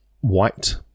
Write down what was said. white